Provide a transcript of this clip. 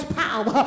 power